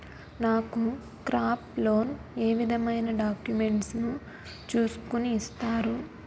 నాకు crop loan ఏ విధమైన డాక్యుమెంట్స్ ను చూస్కుని ఇస్తారు?